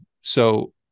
So-